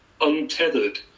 untethered